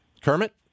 Kermit